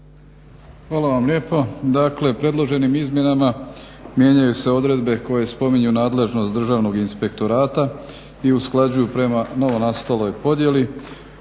Hvala vam lijepo. Dakle, predloženim izmjenama mijenjaju se odredbe koje spominju nadležnost Državnog inspektorata i usklađuju prema novonastaloj podjeli,